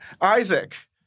Isaac